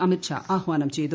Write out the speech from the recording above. അമിത് ഷാ ആഹ്വാനം ചെയ്തു